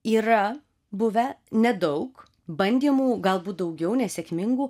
yra buvę nedaug bandymų galbūt daugiau nesėkmingų